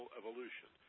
evolution